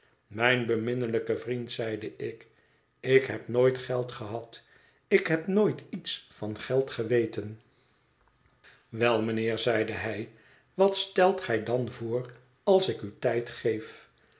mijn beminnelijke vriend zeide ik ik heb nooit geld gehad ik heb nooit iets van geld geweten wel mijnheer zeide hij wat stelt gij dan voor als ik u tijd geef